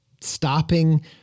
stopping